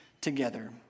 together